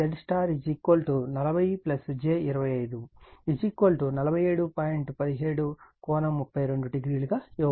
17∠320 ఇవ్వబడుతుంది మరియు Vab reference voltage